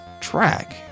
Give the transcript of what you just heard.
track